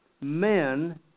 men